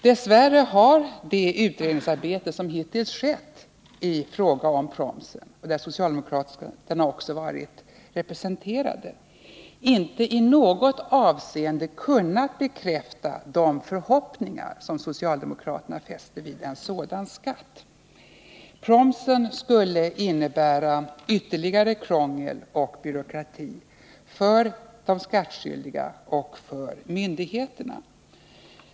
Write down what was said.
Dess värre har det utredningsarbete som hittills skett i fråga om promsen — där socialdemokraterna också varit representerade — inte i något avseende kunnat bekräfta de förhoppningar som socialdemokraterna fäster vid en sådan skatt. Promsen skulle innebära ytterligare krångel och byråkrati för de skattskyldiga och för myndigheterna.